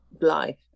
life